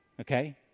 Okay